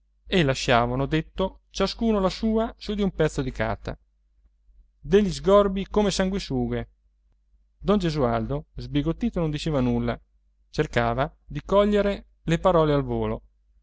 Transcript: e lasciavano detto ciascuno la sua su di un pezzo di carta degli sgorbi come sanguisughe don gesualdo sbigottito non diceva nulla cercava di cogliere le parole a volo